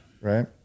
Right